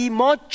more